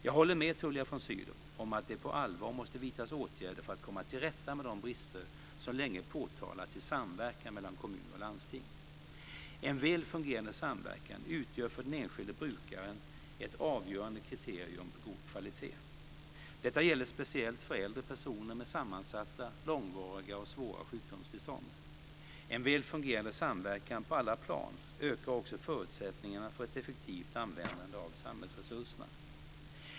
Jag håller med Tullia von Sydow om att det på allvar måste vidtas åtgärder för att komma till rätta med de brister som länge påtalats i samverkan mellan kommuner och landsting. En väl fungerande samverkan utgör för den enskilde brukaren ett avgörande kriterium på god kvalitet. Detta gäller speciellt för äldre personer med sammansatta, långvariga och svåra sjukdomstillstånd. En väl fungerande samverkan på alla plan ökar också förutsättningarna för ett effektivt användande av samhällsresurserna.